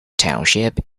township